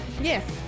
Yes